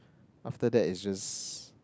after that is just